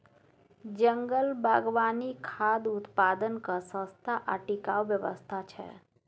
जंगल बागवानी खाद्य उत्पादनक सस्ता आ टिकाऊ व्यवस्था छै